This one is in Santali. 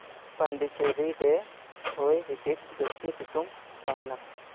ᱯᱚᱱᱰᱤᱪᱮᱨᱤ ᱨᱮ ᱦᱚᱭ ᱦᱤᱸᱥᱤᱫ ᱡᱟᱹᱥᱛᱤ ᱥᱤᱛᱩᱜ ᱛᱟᱦᱮᱱᱟ